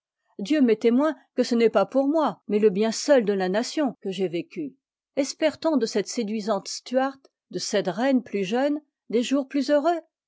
dieu m'est témoin que ce n'est pas pour moi mais le bien seul de la nation que j'ai vécu espère t on de cette séduisante stuart de cette reine plus jeune des jours plus heureux